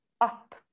up